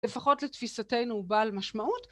לפחות לתפיסתנו בעל משמעות